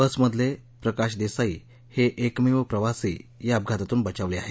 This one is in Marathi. बसमधील प्रकाश् देसाई हे एकमेव प्रवासी या अपघातातून बचावले आहेत